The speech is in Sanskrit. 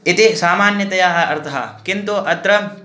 इति सामान्यतया अर्थः किन्तु अत्र